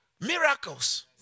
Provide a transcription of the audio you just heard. miracles